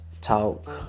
talk